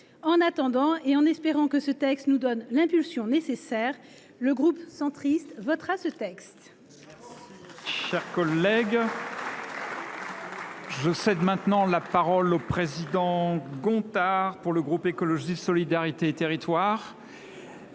En attendant, et en espérant qu’il donnera l’impulsion nécessaire, le groupe centriste votera ce texte.